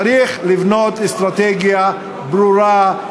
צריך לבנות אסטרטגיה ברורה,